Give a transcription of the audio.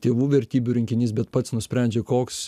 tėvų vertybių rinkinys bet pats nusprendžia koks